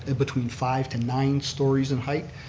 and between five to nine stories in height.